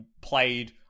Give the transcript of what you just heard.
played